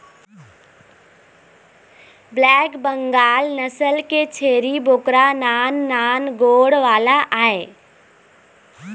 black Bengal नसल के छेरी बोकरा नान नान गोड़ वाला आय